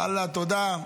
ואללה, תודה.